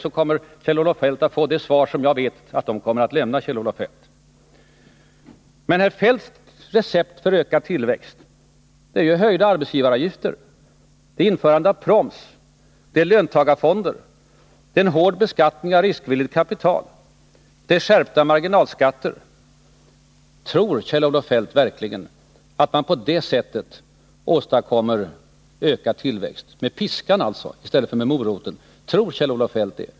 Jag vet vilket svar LO då kommer att lämna Kjell-Olof Feldt. Kjell-Olof Feldts recept för ökad tillväxt är höjda arbetsgivaravgifter, införande av proms, löntagarfonder, en hård beskattning av riskvilligt kapital och skärpta marginalskatter. Tror verkligen Kjell-Olof Feldt att man på det sättet, med piskan i stället för med moroten, åstadkommer ökad tillväxt?